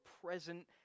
present